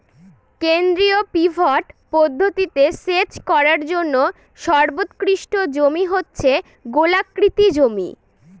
কেন্দ্রীয় পিভট পদ্ধতিতে সেচ করার জন্য সর্বোৎকৃষ্ট জমি হচ্ছে গোলাকৃতি জমি